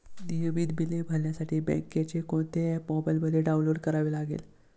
नियमित बिले भरण्यासाठी बँकेचे कोणते ऍप मोबाइलमध्ये डाऊनलोड करावे लागेल?